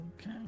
Okay